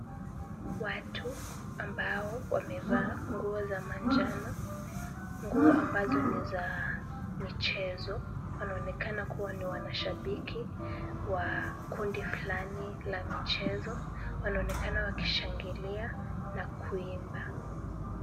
Watu ambao wamevaa nguo za manjano, nguo ambazo ni za michezo, wanaonekana kuwa ni mashabiki wa kundi fulani la michezo. Wanaonekana wakishangilia na kuimba.